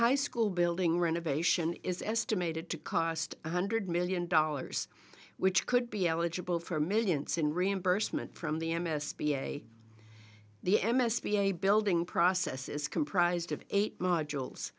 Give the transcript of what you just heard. high school building renovation is estimated to cost one hundred million dollars which could be eligible for millions in reimbursement from the m s b a the m s b a building process is comprised of eight modules